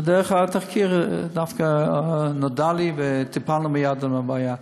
ודרך התחקיר דווקא נודע לי וטיפלנו מייד בבעיה.